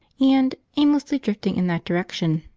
and, aimlessly drifting in that direction,